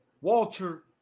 Walter